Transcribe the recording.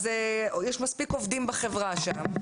אז יש מספיק עובדים בחברה שם.